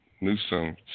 Newsom